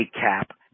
cap